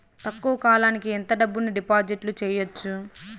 తక్కువ కాలానికి ఎంత డబ్బును డిపాజిట్లు చేయొచ్చు?